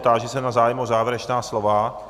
Táži se na zájem o závěrečná slova.